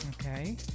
Okay